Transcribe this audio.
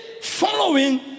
following